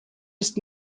ist